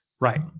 Right